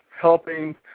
helping